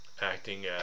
acting